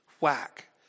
Whack